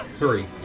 three